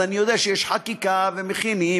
אז אני יודע שיש חקיקה ומכינים,